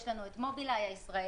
יש לנו את מובילאיי הישראלית,